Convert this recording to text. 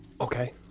okay